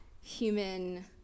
human